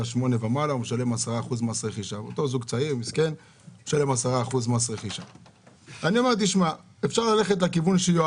הוא משלם מס רכישה בגובה 10%. אתה